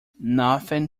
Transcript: nothing